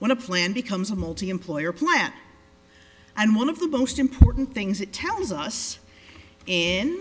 when a plan becomes a multiemployer plan and one of the most important things it tells us